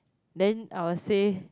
then I will say